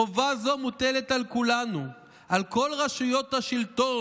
חובה זו מוטלת על כולנו: על כל רשויות השלטון,